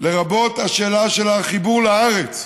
לרבות השאלה של החיבור לארץ,